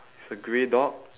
it's a grey dog